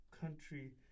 Country